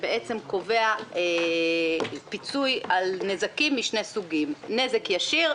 שבעצם קובע פיצוי על נזקים משני סוגים: נזק ישיר,